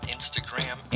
Instagram